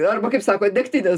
arba kaip sako degtinės